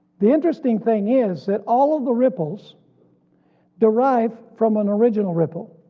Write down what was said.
the interesting thing is that all of the ripples derive from an original ripple